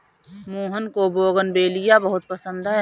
मोहन को बोगनवेलिया बहुत पसंद है